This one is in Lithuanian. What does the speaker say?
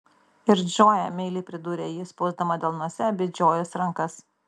ir džoja meiliai pridūrė ji spausdama delnuose abi džojos rankas